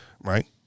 right